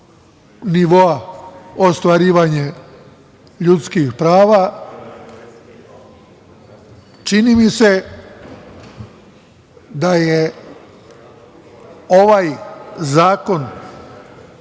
nivoa ostvarivanja ljudskih prava čini mi se da je ovaj zakon,